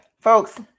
Folks